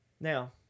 Now